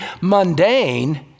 mundane